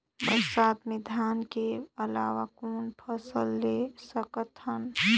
बरसात मे धान के अलावा कौन फसल ले सकत हन?